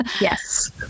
yes